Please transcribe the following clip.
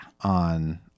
on